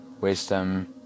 wisdom